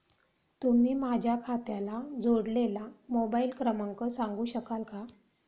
तुम्ही माझ्या खात्याला जोडलेला मोबाइल क्रमांक सांगू शकाल का?